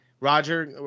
Roger